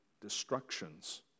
destructions